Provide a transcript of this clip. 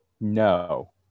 No